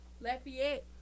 Lafayette